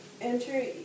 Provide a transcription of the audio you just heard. Enter